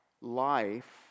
life